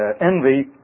envy